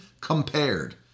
compared